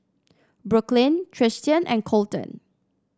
Brooklyn Tristian and Colton